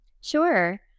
Sure